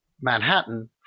Manhattan